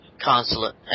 consulate